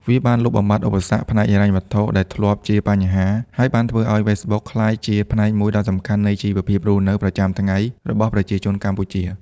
វាបានលុបបំបាត់ឧបសគ្គផ្នែកហិរញ្ញវត្ថុដែលធ្លាប់ជាបញ្ហា ហើយបានធ្វើឲ្យ Facebook ក្លាយជាផ្នែកមួយដ៏សំខាន់នៃជីវភាពរស់នៅប្រចាំថ្ងៃរបស់ប្រជាជនកម្ពុជា។